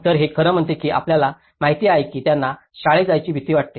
तर हे खरं म्हणते की आपल्याला माहिती आहे त्यांना शाळेत जायला भीती वाटते